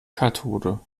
kathode